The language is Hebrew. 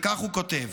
וכך הוא כותב: